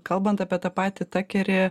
kalbant apie tą patį takerį